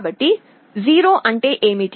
కాబట్టి 0 అంటే ఏమిటి